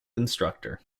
instructor